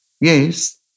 Yes